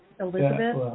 Elizabeth